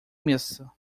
mesa